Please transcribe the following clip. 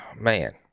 man